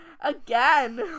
again